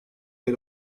yer